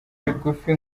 rigufi